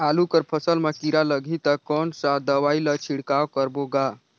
आलू कर फसल मा कीरा लगही ता कौन सा दवाई ला छिड़काव करबो गा?